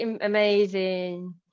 amazing